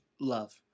love